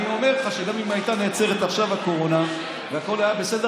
אני אומר לך שגם אם הייתה נעצרת עכשיו הקורונה והכול היה בסדר,